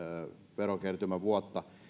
verokertymävuotta